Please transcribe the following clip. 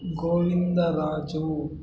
Govinda Raju